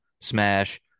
smash